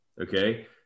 Okay